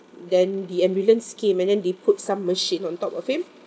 then the ambulance came and then they put some machine on top of him